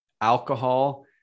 alcohol